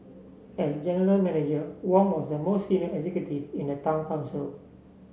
as general Manager Wong was the most senior executive in the town council